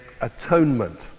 atonement